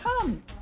Come